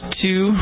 two